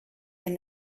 and